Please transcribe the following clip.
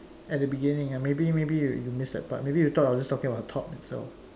at the beginning uh maybe maybe you missed that part maybe you thought I was just talking about the top itself